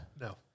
No